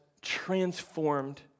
transformed